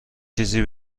چیزی